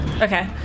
Okay